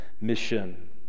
mission